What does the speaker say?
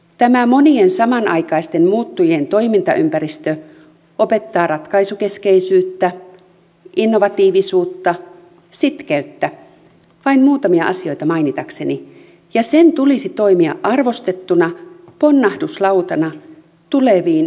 tämä monien samanaikaisten muuttujien toimintaympäristö opettaa ratkaisukeskeisyyttä innovatiivisuutta sitkeyttä vain muutamia asioita mainitakseni ja sen tulisi toimia arvostettuna ponnahduslautana tuleviin työelämän tehtäviin